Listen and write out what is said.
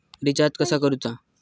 Recharge कसा करूचा?